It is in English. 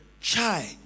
Chai